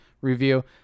review